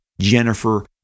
jennifer